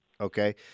Okay